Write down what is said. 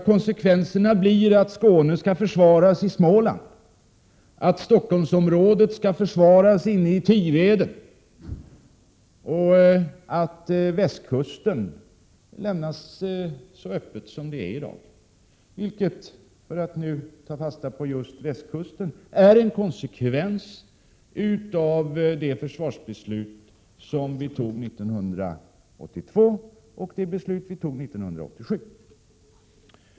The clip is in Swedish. Konsekvenserna kan bli att Skåne skall försvaras i Småland, att Stockholmsområdet skall försvaras inne i Tiveden och att västkusten lämnas så öppen som den är i dag, vilket är en konsekvens av de försvarsbeslut som vi fattade 1982 och 1987.